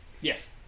Yes